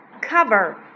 cover